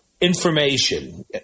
information